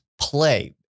play